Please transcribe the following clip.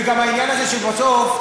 וגם העניין הזה שבסוף,